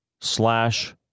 slash